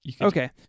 Okay